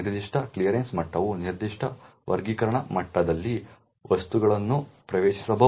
ನಿರ್ದಿಷ್ಟ ಕ್ಲಿಯರೆನ್ಸ್ ಮಟ್ಟವು ನಿರ್ದಿಷ್ಟ ವರ್ಗೀಕರಣ ಮಟ್ಟದಲ್ಲಿ ವಸ್ತುಗಳನ್ನು ಪ್ರವೇಶಿಸಬಹುದು